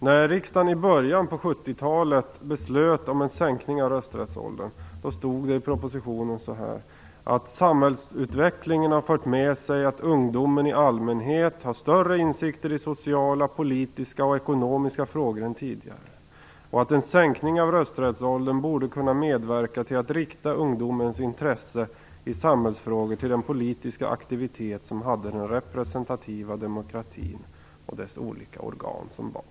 När riksdagen i början av 70-talet beslutade om en sänkning av rösträttsåldern stod det i propositionen: Samhällsutvecklingen har fört med sig att ungdomen i allmänhet har större insikter i sociala, politiska och ekonomiska frågor än tidigare och att en sänkning av rösträttsåldern borde kunna medverka till att rikta ungdomens intresse i samhällsfrågor till den politiska aktivitet som hade den representativa demokratin och dess olika organ som bas.